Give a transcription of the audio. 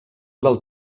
del